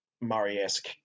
murray-esque